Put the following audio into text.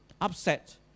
Upset